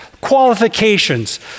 qualifications